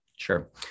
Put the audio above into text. Sure